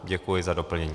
Děkuji za doplnění.